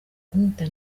kumwita